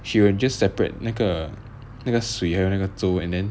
she will just separate 那个那个水还有那个粥 and then